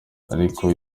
ariko